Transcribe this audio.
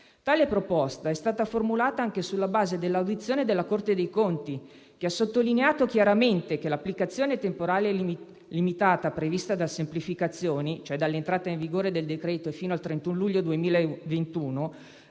Tale proposta è stata formulata anche sulla base dell'audizione della Corte dei conti, che ha sottolineato chiaramente che l'applicazione temporale limitata, prevista dal provvedimento al nostro esame, e cioè dalla sua entrata in vigore fino al 31 luglio 2021,